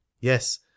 yes